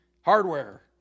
hardware